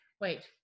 Wait